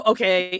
Okay